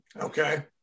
Okay